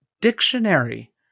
dictionary